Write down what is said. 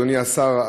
אדוני השר,